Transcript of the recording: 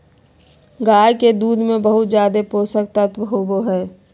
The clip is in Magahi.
गाय के दूध में बहुत ज़्यादे पोषक तत्व होबई हई